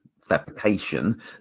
fabrication